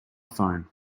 phone